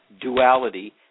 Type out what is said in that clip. duality